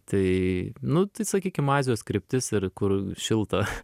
tai nu tai sakykim azijos kryptis ir kur šilta